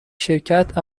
شرکت